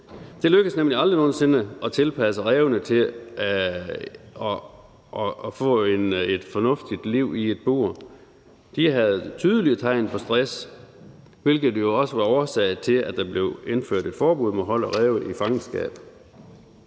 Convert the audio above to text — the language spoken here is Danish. Det lykkedes nemlig aldrig nogen sinde at tilpasse rævene til at få et fornuftigt liv i et bur. De havde tydelige tegn på stress, hvilket jo også var årsag til, at der blev indført et forbud mod hold af ræve i fangenskab.